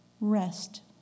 Rest